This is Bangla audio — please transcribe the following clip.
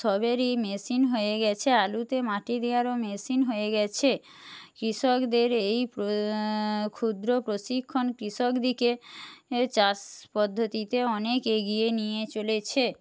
সবেরই মেশিন হয়ে গিয়েছে আলুতে মাটি দেওয়ারও মেশিন হয়ে গিয়েছে কৃষকদের এই ক্ষুদ্র প্রশিক্ষণ কৃষকদিকে চাষ পদ্ধতিতে অনেক এগিয়ে নিয়ে চলেছে